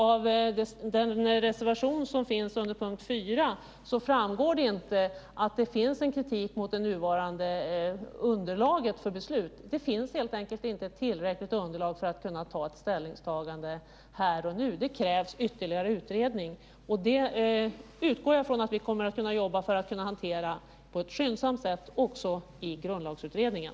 Av den reservation som finns under punkt 4 framgår det inte att det finns en kritik mot det nuvarande underlaget för beslut. Det finns helt enkelt inte ett tillräckligt underlag för ett ställningstagande här och nu. Det krävs ytterligare utredning. Jag utgår ifrån att vi som vill kommer att kunna hantera det på ett skyndsamt sätt också i Grundlagsutredningen.